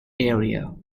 area